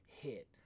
hit